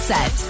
Set